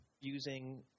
using